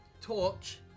torch